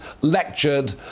lectured